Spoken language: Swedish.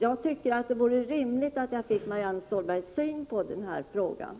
Jag tycker att vore rimligt att jag fick veta Marianne Stålbergs syn på den saken.